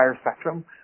spectrum